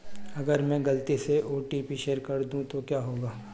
अगर मैं गलती से ओ.टी.पी शेयर कर दूं तो क्या होगा?